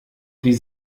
die